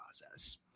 process